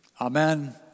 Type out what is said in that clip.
Amen